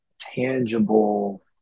tangible